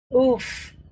Oof